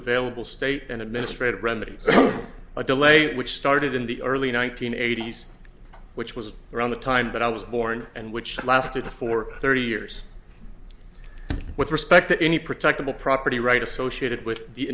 available state and administrative remedies a delay which started in the early one nine hundred eighty s which was around the time but i was born and which lasted for thirty years with respect to any protectable property right associated with the